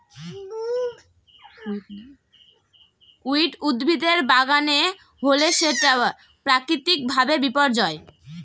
weed উদ্ভিদের বাগানে হলে সেটা প্রাকৃতিক ভাবে বিপর্যয়